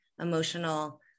emotional